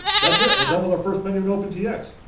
that's it! we're done with our first menu in opentx!